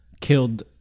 Killed